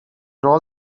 all